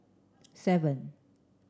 seven